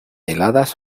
heladas